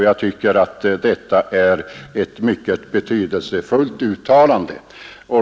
Jag tycker att detta är ett mycket betydelsefullt uttalande.